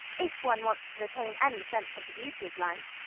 if one wants to retain any sense of the beauty of life,